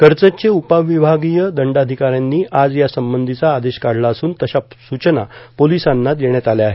कर्जतचे उपविभागीय दंडाधिकाऱ्यांनी आज या संबंधिचा आदेश काढला असून तशा सूचना पोलिसांना देण्यात आल्या आहेत